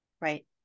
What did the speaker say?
Right